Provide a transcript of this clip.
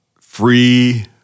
free